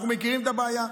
אנחנו מכירים את הבעיה,